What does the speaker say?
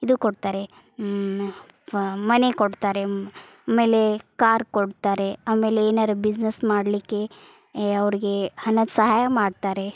ಇದು ಕೊಡ್ತಾರೆ ಫ ಮನೆ ಕೊಡ್ತಾರೆ ಆಮೇಲೆ ಕಾರ್ ಕೊಡ್ತಾರೆ ಆಮೇಲೆ ಏನಾದ್ರು ಬಿಸ್ನೆಸ್ ಮಾಡಲಿಕ್ಕೆ ಅವ್ರಿಗೆ ಹಣದ ಸಹಾಯ ಮಾಡ್ತಾರೆ